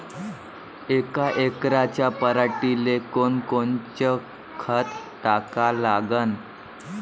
यका एकराच्या पराटीले कोनकोनचं खत टाका लागन?